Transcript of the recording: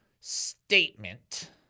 statement